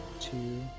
two